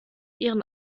ihren